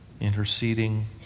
interceding